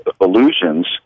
illusions